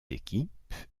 équipes